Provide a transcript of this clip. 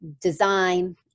design